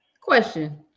Question